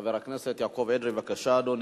חבר הכנסת יעקב אדרי, בבקשה, אדוני.